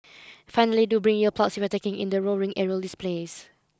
finally do bring ear plugs if you are taking in the roaring aerial displays